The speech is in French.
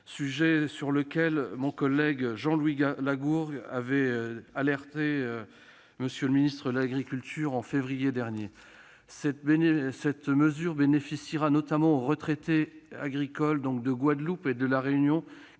sujet sur lequel mon collègue Jean-Louis Lagourgue avait alerté le ministre de l'agriculture et de l'alimentation en février dernier. Cette mesure bénéficiera notamment aux retraités agricoles de Guadeloupe et de La Réunion,